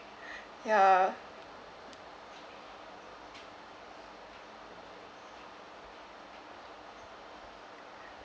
ya